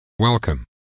Welcome